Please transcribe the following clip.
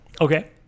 Okay